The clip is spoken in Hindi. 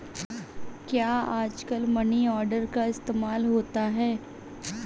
क्या आजकल मनी ऑर्डर का इस्तेमाल होता है?